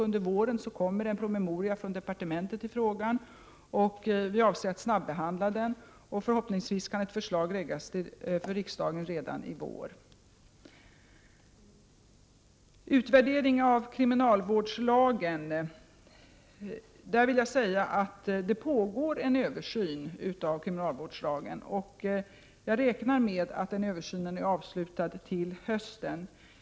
Under våren kommer en promemoria från departementet i denna fråga som skall snabbehandlas. Förhoppningsvis kan ett förslag överlämnas till riksdagen redan i vår. När det gäller en utvärdering av kriminalvårdslagen vill jag säga att det pågår en översyn av denna lag, och jag räknar med att denna översyn är avslutad till hösten.